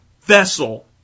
vessel